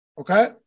Okay